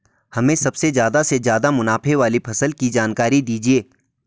हमें सबसे ज़्यादा से ज़्यादा मुनाफे वाली फसल की जानकारी दीजिए